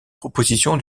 proposition